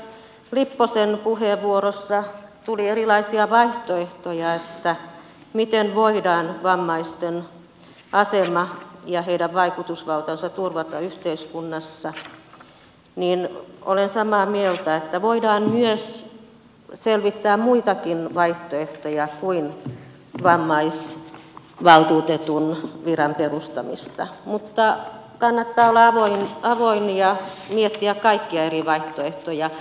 tässä edustaja lipposen puheenvuorossa tuli erilaisia vaihtoehtoja miten voidaan vammaisten asema ja heidän vaikutusvaltansa turvata yhteiskunnassa olen samaa mieltä että voidaan selvittää muitakin vaihtoehtoja kuin vammaisvaltuutetun viran perustaminen mutta kannattaa olla avoin ja miettiä kaikkia eri vaihtoehtoja